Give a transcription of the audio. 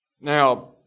Now